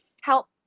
help